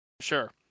Sure